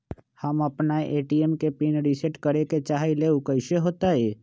हम अपना ए.टी.एम के पिन रिसेट करे के चाहईले उ कईसे होतई?